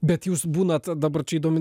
bet jūs būnat dabar čia įdomi